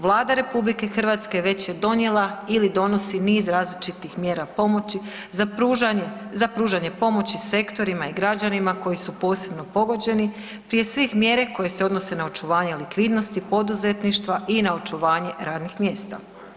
Vlada RH već je donijela ili donosi niz različitih mjera pomoći za pružanje pomoći sektorima i građanima koji su posebno pogođeni, prije svih mjere koje se odnose na očuvanje likvidnosti poduzetništva i na očuvanje radnih mjesta.